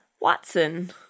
Watson